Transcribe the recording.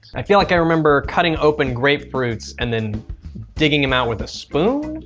i feel like i remember cutting open grapefruits and then digging them out with a spoon?